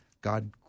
God